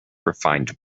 refined